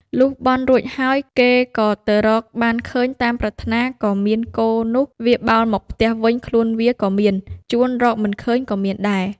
លុះបន់រួចហើយ គេក៏ទៅរក បានឃើញតាមប្រាថ្នាក៏មានគោនោះវាបោលមកផ្ទះវិញខ្លួនវាក៏មាន ជូនរកមិនឃើញក៏មានដែរ